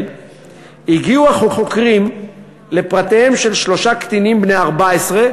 הגיעו החוקרים לפרטיהם של שלושה קטינים בני 14,